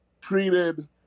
treated